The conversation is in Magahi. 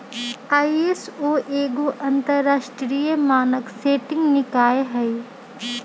आई.एस.ओ एगो अंतरराष्ट्रीय मानक सेटिंग निकाय हइ